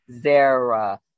Zara